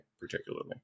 particularly